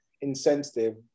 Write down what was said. insensitive